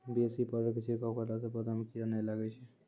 BAC powder के छिड़काव करला से पौधा मे कीड़ा नैय लागै छै?